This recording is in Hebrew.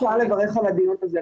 קודם כל אפשר לברך על הדיון הזה,